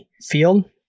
field